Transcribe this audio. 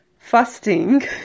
fasting